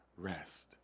rest